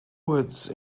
woods